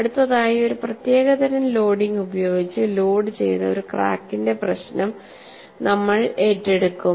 അടുത്തതായി ഒരു പ്രത്യേക തരം ലോഡിംഗ് ഉപയോഗിച്ച് ലോഡ് ചെയ്ത ഒരു ക്രാക്കിന്റെ പ്രശ്നം നമ്മൾ ഏറ്റെടുക്കും